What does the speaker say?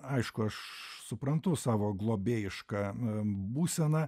aišku aš suprantu savo globėjišką būseną